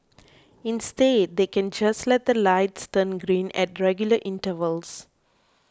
instead they can just let the lights turn green at regular intervals